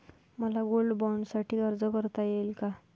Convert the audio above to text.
मला गोल्ड बाँडसाठी अर्ज करता येईल का?